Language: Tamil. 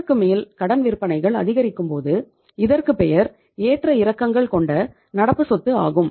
இதற்கு மேல் கடன் விற்பனைகள் அதிகரிக்கும்போது இதற்கு பெயர் ஏற்ற இறக்கங்கள் கொண்ட நடப்பு சொத்து ஆகும்